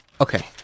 Okay